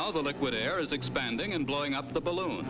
all the liquid air is expanding and blowing up the balloon